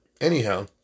anyhow